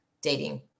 dating